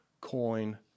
coin